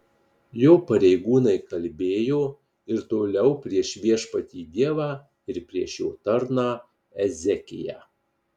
jo pareigūnai kalbėjo ir toliau prieš viešpatį dievą ir prieš jo tarną ezekiją